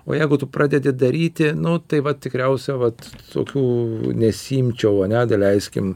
o jeigu tu pradedi daryti nu tai vat tikriausia vat tokių nesiimčiau ane daleiskim